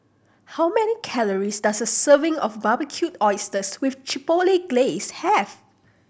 how many calories does a serving of Barbecued Oysters with Chipotle Glaze have